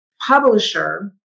publisher